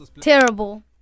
Terrible